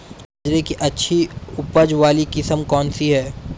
बाजरे की अच्छी उपज वाली किस्म कौनसी है?